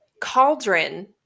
Cauldron